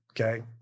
okay